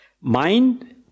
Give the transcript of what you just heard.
Mind